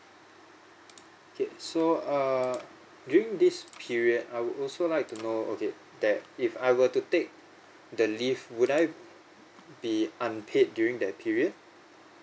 okay so err during this period I would also like to know okay that if I were to take the leave would I be unpaid during that period